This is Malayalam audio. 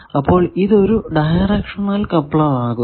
അപ്പോൾ ഇത് ഒരു ഡയറക്ഷണൽ കപ്ലർ ആകുന്നു